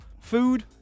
Food